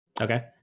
Okay